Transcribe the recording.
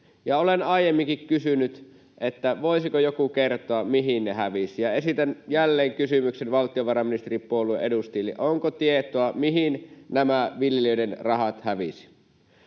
Olen aiemminkin kysynyt, voisiko joku kertoa, mihin ne hävisivät, ja esitän jälleen kysymyksen valtiovarainministeripuolueen edustajille: onko tietoa, mihin nämä viljelijöiden rahat hävisivät?